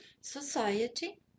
society